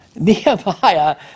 nehemiah